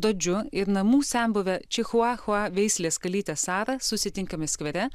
dodžiu ir namų senbuve čichuachua veislės kalyte sara susitinkame skvere